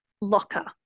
Locker